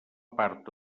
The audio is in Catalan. part